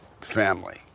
family